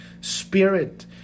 spirit